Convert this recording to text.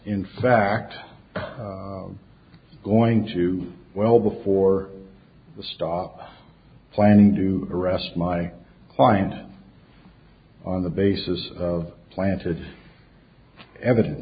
in fact going to well before the stop planning to arrest my client on the basis of planted evidence